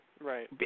right